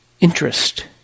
Interest